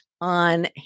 on